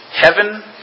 Heaven